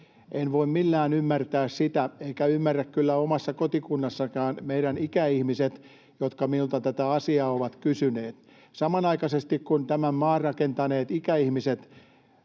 En voi millään ymmärtää sitä, eivätkä ymmärrä kyllä omassa kotikunnassanikaan meidän ikäihmiset, jotka minulta tätä asiaa ovat kysyneet. Samanaikaisesti tämän maan rakentaneille ikäihmisille